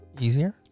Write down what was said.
easier